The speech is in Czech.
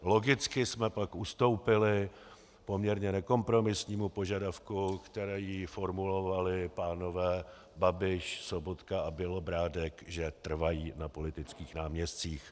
Logicky jsme pak ustoupili poměrně nekompromisnímu požadavku, který formulovali pánové Babiš, Sobotka a Bělobrádek, že trvají na politických náměstcích.